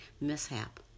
mishap